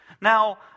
Now